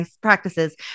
practices